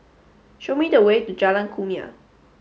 show me the way to Jalan Kumia